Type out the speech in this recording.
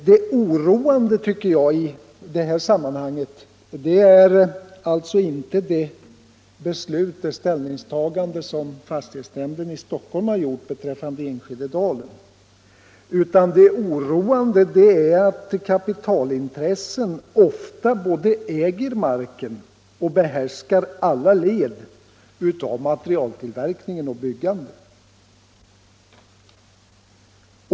Det oroande i detta sammanhang tycker jag inte är det ställningstagande som fastighetsnämnden i Stockholm har gjort beträffande Enskededalen utan det är att kapitalintressen ofta både äger marken och behärskar alla led av materialtillverkning och byggande.